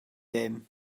dim